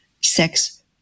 sex